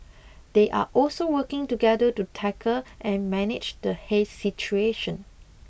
they are also working together to tackle and manage the haze situation